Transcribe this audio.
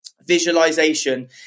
Visualization